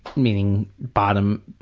meaning bottom